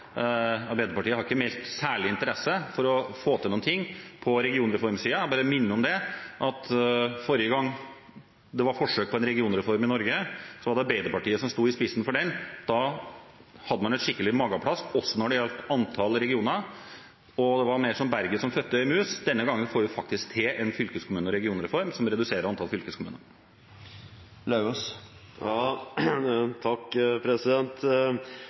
Arbeiderpartiet har ikke vist noen særlig interesse for å få til noe på regionreformsiden. Jeg bare minner om at forrige gang det var forsøk på en regionreform i Norge, var det Arbeiderpartiet som sto i spissen for den. Da hadde man et skikkelig mageplask, også når det gjaldt antall regioner, og det var mer som berget som fødte en mus. Denne gangen får vi faktisk til en fylkeskommune- og regionreform som reduserer antallet fylkeskommuner.